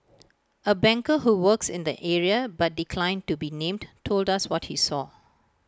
A banker who works in the area but declined to be named told us what he saw